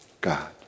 God